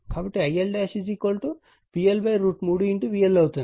కాబట్టి IL PL √ 3 VL అవుతుంది